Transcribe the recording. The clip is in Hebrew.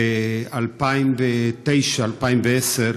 ב-2009, 2010,